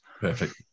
Perfect